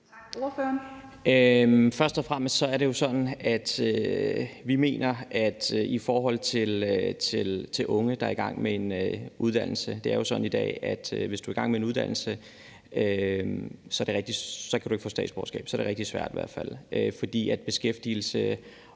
Rona (M): Først og fremmest er det jo sådan i dag i forhold til unge, der er i gang med en uddannelse, at hvis du er i gang med en uddannelse, kan du ikke få statsborgerskab. Så er det rigtig svært i hvert fald,